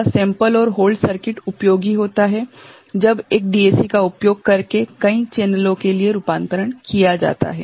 तथा सेंपल और hold circuit उपयोगी होता है जब एक DAC का उपयोग करके कई चैनलों के लिए रूपांतरण किया जाता है